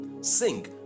sing